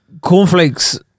cornflakes